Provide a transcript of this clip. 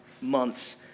months